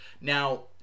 Now